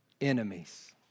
enemies